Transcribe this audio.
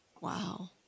Wow